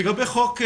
לגבי חוק המצלמות.